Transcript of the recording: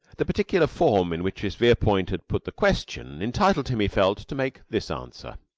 the particular form in which miss verepoint had put the question entitled him, he felt, to make this answer.